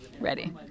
ready